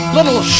Little